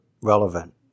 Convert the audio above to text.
relevant